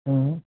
હમ્મ